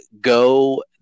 go